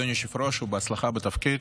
אדוני היושב-ראש, ובהצלחה בתפקיד.